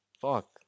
fuck